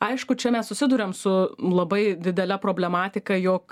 aišku čia mes susiduriam su labai didele problematika jog